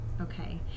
Okay